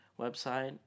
website